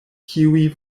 kiuj